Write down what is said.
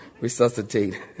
resuscitate